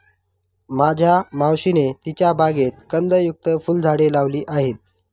माझ्या मावशीने तिच्या बागेत कंदयुक्त फुलझाडे लावली आहेत